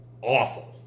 awful